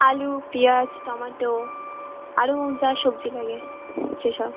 আলু পিঁয়াজ টমাটো আলু যা সবজি লাগে সেই সব